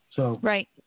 Right